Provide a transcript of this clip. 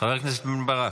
חבר הכנסת בן ברק.